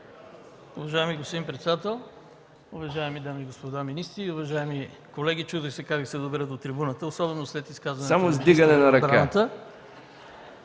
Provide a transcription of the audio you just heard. Само с вдигане на ръка!